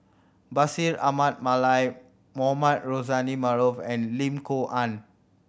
Bashir Ahmad Mallal Mohamed Rozani Maarof and Lim Kok Ann